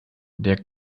der